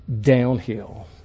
downhill